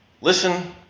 Listen